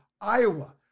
Iowa